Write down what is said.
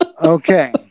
okay